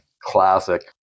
classic